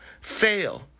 Fail